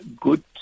good